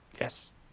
Yes